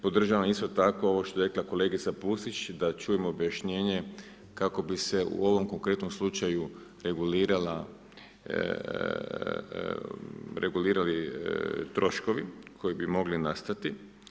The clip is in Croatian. Podržavam isto tako ovo što je rekla kolegica Pusić da čujemo objašnjenje kako bi se u ovom konkretnom slučaju regulirali troškovi koji bi mogli nastati.